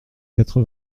quatre